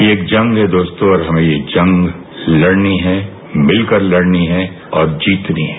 ये एक जंग है दोस्तों हमें ये जंग लड़नी हैं मिलकर लड़नी है और जीतनी है